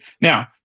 Now